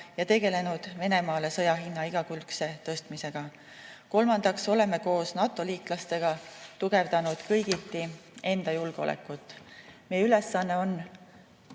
ja tegelenud Venemaale sõja hinna igakülgse tõstmisega. Kolmandaks, oleme koos NATO-liitlastega tugevdanud kõigiti enda julgeolekut. Meie ülesanne on